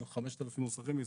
אנחנו 5,000 מוסכים בישראל.